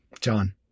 John